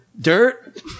dirt